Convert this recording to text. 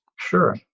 Sure